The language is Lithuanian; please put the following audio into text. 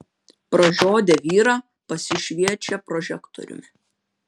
pražiodę vyrą pasišviečia prožektoriumi